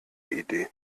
idee